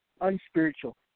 Unspiritual